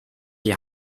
die